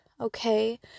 Okay